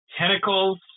tentacles